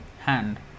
hand